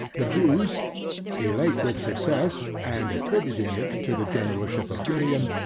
the jews elate with success, and attributing it to the generalship of gideon,